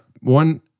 one